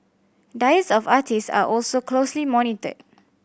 diets of artist are also closely monitored